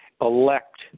elect